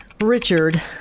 Richard